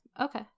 Okay